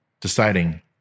deciding